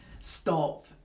stop